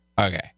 Okay